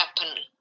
happen